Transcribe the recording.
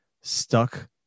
stuck